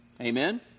Amen